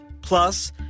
plus